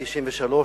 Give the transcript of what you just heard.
1993,